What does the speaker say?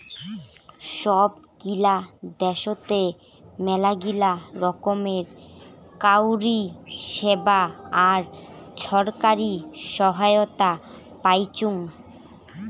সব গিলা দ্যাশোতে মেলাগিলা রকমের কাউরী সেবা আর ছরকারি সহায়তা পাইচুং